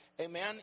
Amen